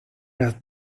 las